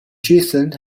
giessen